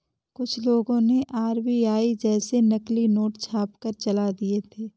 कुछ लोगों ने आर.बी.आई जैसे नकली नोट छापकर चला दिए थे